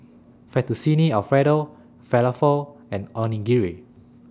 Fettuccine Alfredo Falafel and Onigiri